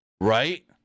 right